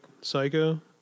Psycho